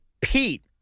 Pete